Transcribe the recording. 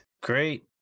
Great